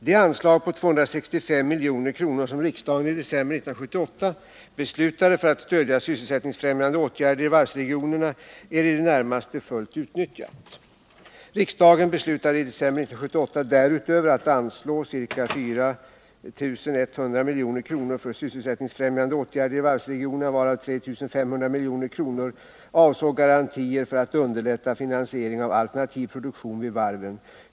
Det anslag på 265 milj.kr. som riksdagen i december 1978 beslutade om för att stödja sysselsättningsfrämjande åtgärder i varvsregionerna är i det närmaste fullt utnyttjat. Riksdagen beslutade i december 1978 därutöver att anslå ca 4 100 milj.kr. för sysselsättningsfrämjande åtgärder i varvsregionerna, varav 3 500 milj.kr. avsåg garantier för att underlätta finansiering av alternativ produktion vid varven.